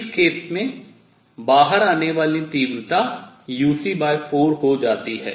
इस केस में बाहर आने वाली तीव्रता uc4 हो जाती है